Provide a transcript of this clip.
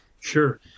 Sure